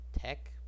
Tech